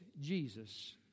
Jesus